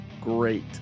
great